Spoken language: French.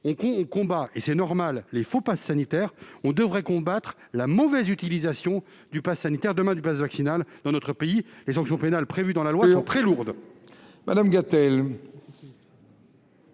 On combat, comme il est normal, les faux passes. Nous devrions aussi combattre la mauvaise utilisation du passe sanitaire, et demain vaccinal, dans notre pays. Les sanctions pénales prévues dans la loi sont très lourdes.